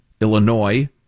Illinois